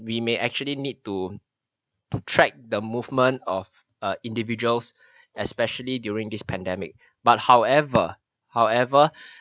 we may actually need to to track the movement of uh individuals especially during this pandemic but however however